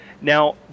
Now